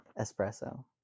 Espresso